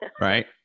Right